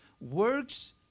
works